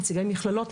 נציגי מכללות,